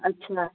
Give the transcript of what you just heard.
अच्छा